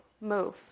Move